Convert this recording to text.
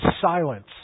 silence